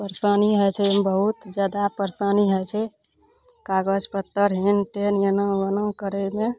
परेशानी होइ छै ओइमे बहुत जादा परेशानी होइ छै कागज पत्तर हेन टेन एना ओना करयमे